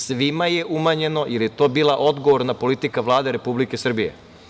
Svima je umanjeno jer je to bila odgovorna politika Vlade Republike Srbije.